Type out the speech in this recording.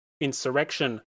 insurrection